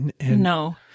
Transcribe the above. No